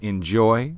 Enjoy